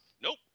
Nope